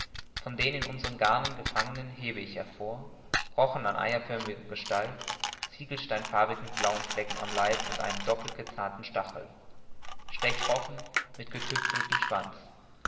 von den in unseren garnen gefangenen hebe ich hervor rochen von eiförmiger gestalt und ziegelsteinfarbig mit blauen flecken am leib und einem doppelten gezahnten stachel stechrochen mit getüpfeltem schwanz